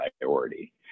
priority